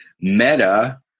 meta